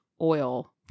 oil